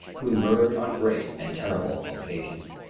to emerge on great and terrible occasions.